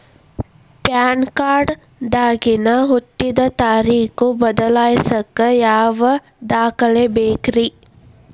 PAN card ದಾಗಿನ ಹುಟ್ಟಿದ ತಾರೇಖು ಬದಲಿಸಾಕ್ ಯಾವ ದಾಖಲೆ ಬೇಕ್ರಿ?